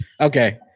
Okay